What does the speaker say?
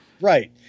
Right